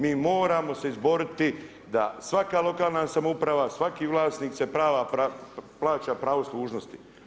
Mi moramo se izboriti da svaka lokalna samouprava, svaki vlasnik se prava plaća pravo služnosti.